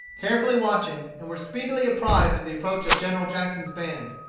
carefully watching, and were speedily apprised of the approach of general jackson's band.